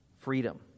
freedom